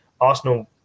Arsenal